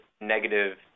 negative